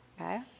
Okay